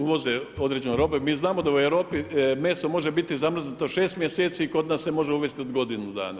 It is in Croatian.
Uvoze određenu robu i mi znamo da u Europi meso može biti zamrznuto 6 mjeseci, kod nas se može uvesti od godinu dana.